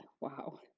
Wow